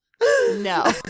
no